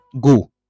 go